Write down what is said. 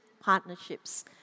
partnerships